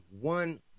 one